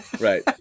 Right